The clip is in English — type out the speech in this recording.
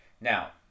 Now